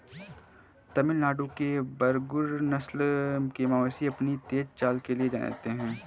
तमिलनाडु के बरगुर नस्ल के मवेशी अपनी तेज चाल के लिए जाने जाते हैं